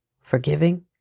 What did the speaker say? forgiving